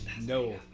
No